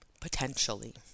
potentially